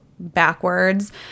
backwards